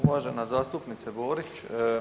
Uvažena zastupnice Borić.